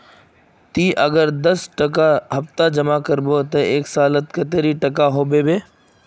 ती अगर दस रुपया सप्ताह जमा करबो ते एक सालोत कतेरी पैसा जमा होबे बे?